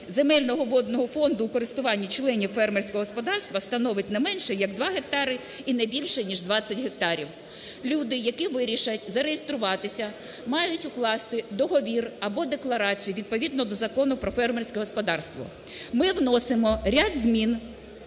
земель водного фонду у користуванні членів фермерського господарства становить не менше як 2 гектари і не більше ніж 20 гектарів. Люди, які вирішать зареєструватися, мають укласти договір або декларацію відповідно до Закону "Про фермерське господарство". Ми вносимо ряд змін,